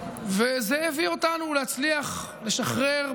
וזה הביא אותנו להצליח לשחרר,